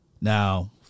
Now